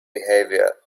behavior